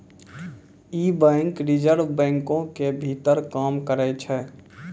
इ bank reserve बैंको के भीतर काम करै छै